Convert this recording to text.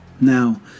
Now